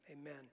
Amen